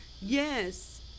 Yes